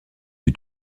eut